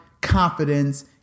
confidence